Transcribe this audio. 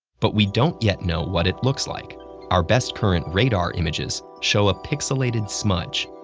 but we don't yet know what it looks like our best current radar images show a pixelated smudge.